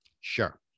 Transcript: Sure